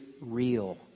real